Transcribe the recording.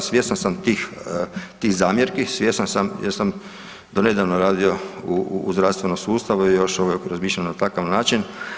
Svjestan sam tih, tih zamjerki, svjestan sam jer sam do nedavno radio u zdravstvenom sustavu i još uvijek razmišljam na takav način.